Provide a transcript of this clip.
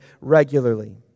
regularly